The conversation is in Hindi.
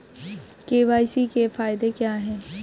के.वाई.सी के फायदे क्या है?